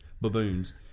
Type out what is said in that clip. baboons